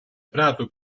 prato